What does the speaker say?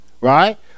right